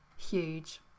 Huge